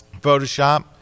photoshop